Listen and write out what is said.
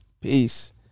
Peace